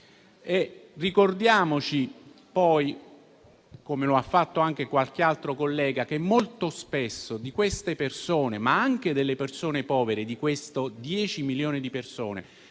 Ricordiamoci, poi, come ha fatto anche qualche altro collega, che molto spesso di queste persone, ma anche delle persone povere, che sono milioni, se ne